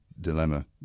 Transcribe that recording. dilemma